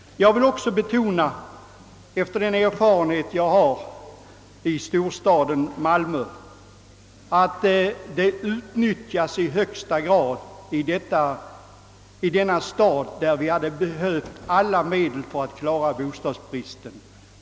Jag vill också betona, efter den erfarenhet jag har i storstaden Malmö, att detta förhållande utnyttjas i högsta grad i denna stad där vi hade behövt alla medel för att klara bostadsbristen.